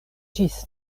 ĝis